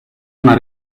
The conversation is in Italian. una